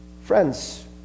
Friends